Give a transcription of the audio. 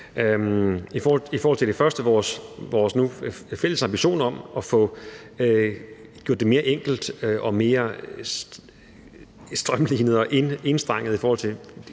I forhold til det første, altså vores nu fælles ambition om at få det gjort mere enkelt og mere strømlinet og enstrenget i forhold til